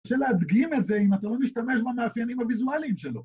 אי אפשר להדגים את זה אם אתה לא משתמש במאפיינים הויזואליים שלו.